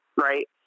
Right